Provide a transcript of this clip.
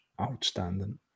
outstanding